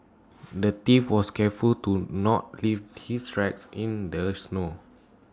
the thief was careful to not leave his tracks in the snow